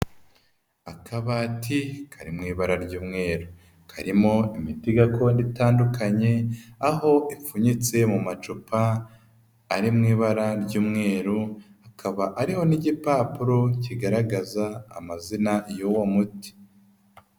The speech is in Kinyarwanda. Akabati kari mui ibara ry'umweru. Karimo imiti gakondo itandukanye, aho ipfunyitse mu macupa ari mu ibara ry'umweru, akaba ariho n'igipapuro kigaragaza amazina y'uwo muti.